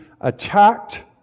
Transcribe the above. attacked